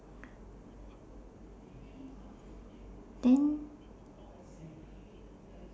then